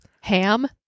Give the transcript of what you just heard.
ham